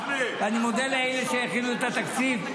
ואני מודה לאלה שהכינו את התקציב.